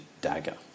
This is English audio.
dagger